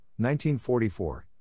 1944